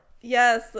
Yes